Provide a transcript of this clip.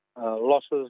losses